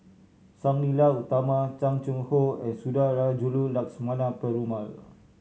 Sang Nila Utama Chan Chang How and Sundarajulu Lakshmana Perumal